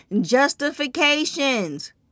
justifications